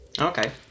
Okay